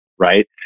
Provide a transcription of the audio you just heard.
Right